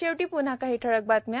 शेवटी पुन्हा काही ठळक बातम्या